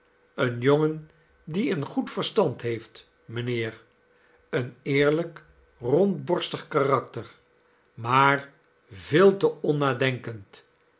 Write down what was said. een jongen die een goed verstand heeft mijnheer een eerlijk rondborstig karakter maar veel te onnadenkend